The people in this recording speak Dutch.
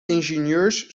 ingenieurs